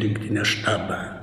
rinktinės štabą